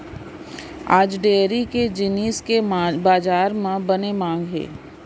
आज डेयरी के जिनिस के बजार म बने मांग हे